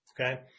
okay